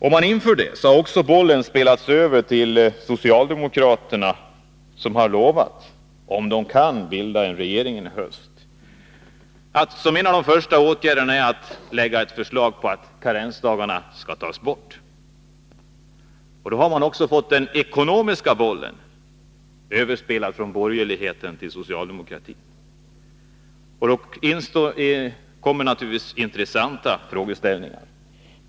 Om förslaget genomförs har också bollen spelats över till socialdemokraterna, som har lovat — om de kan bilda en regering i höst — att som en av de första åtgärderna lägga förslag om att karensdagarna skall tas bort. Då har också den ekonomiska bollen spelats över från borgerligheten till socialdemokratin. Då kommer naturligtvis intressanta frågeställningar att uppstå.